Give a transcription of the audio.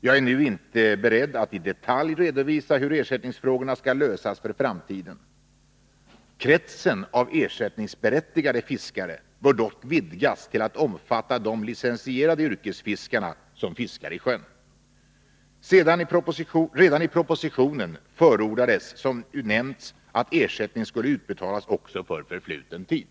Jag är nu inte beredd att i detalj redovisa hur ersättningsfrågorna skall lösas för framtiden. Kretsen av ersättningsberättigade fiskare bör dock vidgas till att omfatta de licensierade yrkesfiskarna som fiskar i sjön. Redan i propositionen förordades, som nämnts, att ersättning skulle betalas också för förfluten tid.